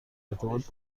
ارتباط